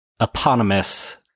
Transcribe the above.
eponymous